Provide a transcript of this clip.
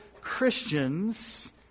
Christians